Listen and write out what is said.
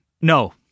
No